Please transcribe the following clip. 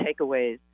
takeaways